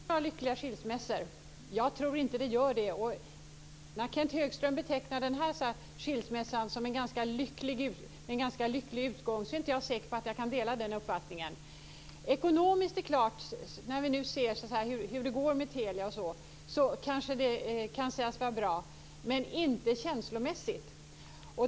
Fru talman! Finns det några lyckliga skilsmässor? Jag tror inte att det gör det. När Kenth Högström menar att den här skilsmässan fick en ganska lycklig utgång, är jag inte säker på att jag kan dela den uppfattningen. När vi nu ser hur det går för Telia kanske skilsmässan kan sägas vara bra ekonomiskt - men inte känslomässigt.